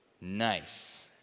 nice